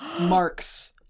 marks